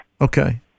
Okay